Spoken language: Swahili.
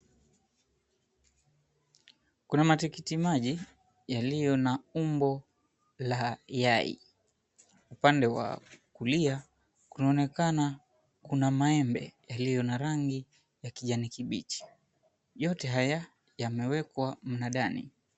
Kuna matikiti maji yaliyo na umbo ya yai. Upande wa kulia kunaonekana kuna maembe yaliyo na rangi ya kijani kibichi. Yote haya yamewekwa mnadani.